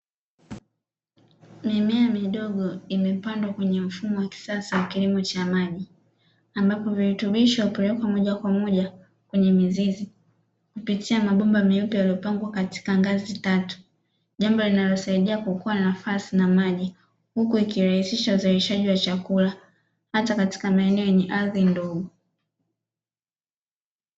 Mimea midogo imepandwa kwenye mfumo wa kisasa kilimo cha maji ambapo viritubisho hupelekwa moja kwa moja kwenye mizizi kupitia mabomba meupe yaliyopangwa katika ngazi tatu. Jambo linalosaidia kuokoa nafasi na maji, huku ikirahisisha uzalishaji wa chakula hata katika maeneo yenye ardhi ndogo.